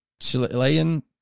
Chilean